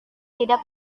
tidak